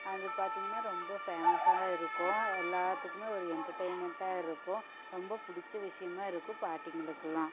அது பார்த்தீங்கன்னா ரொம்ப ஃபேமஸ்ஸாக இருக்கும் எல்லாத்துக்குமே ஒரு என்டர்டெயின்மெண்ட்டாக இருக்கும் ரொம்ப பிடிச்ச விஷயமாக இருக்கும் பாட்டிங்களுக்கெல்லாம்